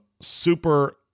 super